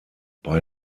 bei